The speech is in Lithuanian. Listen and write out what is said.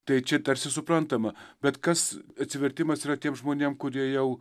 tai čia tarsi suprantama bet kas atsivertimas yra tiem žmonėm kurie jau